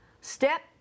step